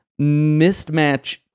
mismatch